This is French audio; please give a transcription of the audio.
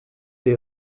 des